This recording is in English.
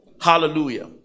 Hallelujah